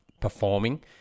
performing